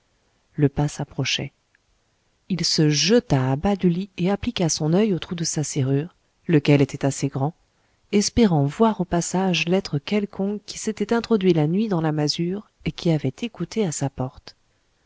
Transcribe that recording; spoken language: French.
le pas s'approchait il se jeta à bas du lit et appliqua son oeil au trou de sa serrure lequel était assez grand espérant voir au passage l'être quelconque qui s'était introduit la nuit dans la masure et qui avait écouté à sa porte